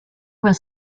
was